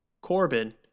Corbin